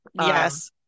yes